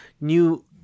new